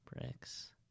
Bricks